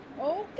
Okay